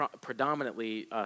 predominantly